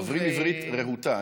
דוברים עברית רהוטה.